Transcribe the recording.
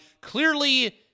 clearly